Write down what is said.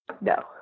No